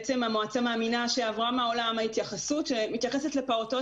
בעצם המועצה מאמינה שעברה מהעולם ההתייחסות שמתייחסת לפעוטות